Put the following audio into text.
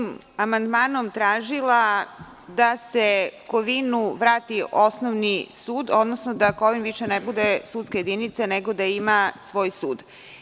Ja sam svojim amandmanom tražila da se Kovinu vrati osnovni sud, odnosno da Kovin više ne bude sudska jedinica, nego da ima svoj sud.